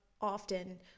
often